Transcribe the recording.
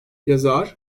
yazar